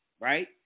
right